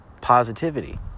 positivity